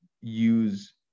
use